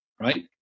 right